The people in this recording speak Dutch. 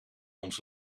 ons